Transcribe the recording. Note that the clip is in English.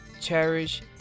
cherish